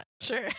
Sure